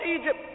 Egypt